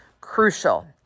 crucial